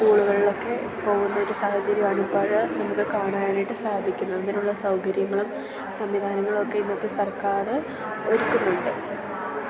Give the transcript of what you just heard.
സ്കൂളുകളിലൊക്കെ പോകുന്നൊരു സാഹചര്യമാണ് ഇപ്പോൾ നമുക്ക് കാണാനായിട്ട് സാധിക്കുന്നത് അതിനുള്ള സൗകര്യങ്ങളും സംവിധാനങ്ങളൊക്കെ ഇന്നത്തെ സർക്കാര് ഒരുക്കുന്നുണ്ട്